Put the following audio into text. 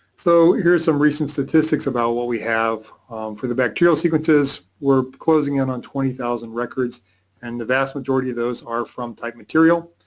so here's some recent statistics about what we have for the bacterial sequences. we're closing in on twenty thousand records and the vast majority of those are from type material.